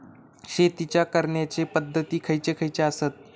शेतीच्या करण्याचे पध्दती खैचे खैचे आसत?